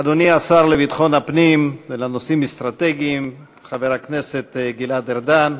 אדוני השר לביטחון הפנים ולנושאים אסטרטגיים חבר הכנסת גלעד ארדן,